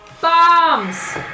Bombs